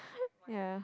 ya